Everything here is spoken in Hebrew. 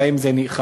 והאם זה נאכף.